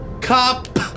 Cop